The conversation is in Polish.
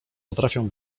potrafię